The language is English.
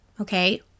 Okay